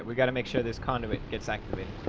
we got to make sure this condom it's activated